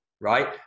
right